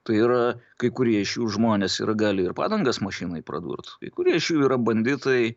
tai yra kai kurie iš jų žmonės ir gali ir padangas mašinai pradurt kai kurie iš jų yra banditai